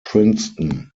princeton